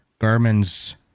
Garmin's